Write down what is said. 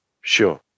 Sure